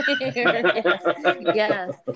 Yes